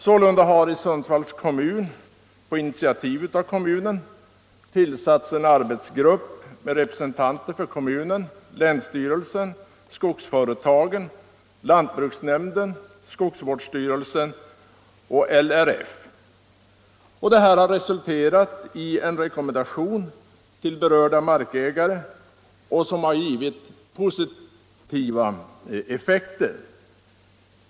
Sålunda har i Sundsvalls kommun på initiativ av kommunen tillsatts en arbetsgrupp med representanter för kommunen, länsstyrelsen, skogsföretagen, lantbruksnämnden, skogsvårdsstyrelsen och LRF. Det har resulterat i en rekommendation till berörda markägare, något som fått positiva effekter.